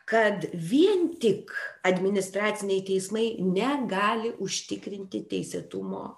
kad vien tik administraciniai teismai negali užtikrinti teisėtumo